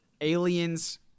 aliens